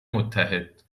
متحد